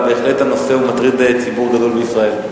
אבל הנושא בהחלט מטריד ציבור גדול בישראל.